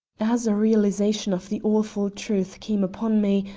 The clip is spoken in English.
as a realization of the awful truth came upon me,